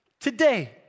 today